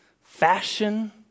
fashion